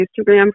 Instagram